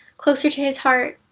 closer to his heart.